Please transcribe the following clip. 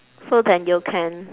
so then you can